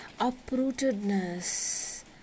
uprootedness